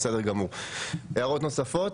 הערות נוספות?